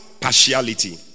partiality